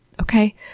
okay